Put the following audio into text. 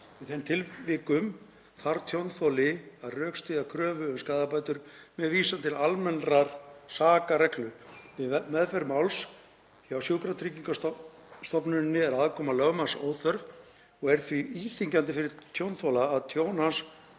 Í þeim tilvikum þarf tjónþoli að rökstyðja kröfu um skaðabætur með vísan til almennrar sakarreglu. Við meðferð máls hjá sjúkratryggingastofnuninni er aðkoma lögmanns óþörf og er það því íþyngjandi fyrir tjónþola að tjón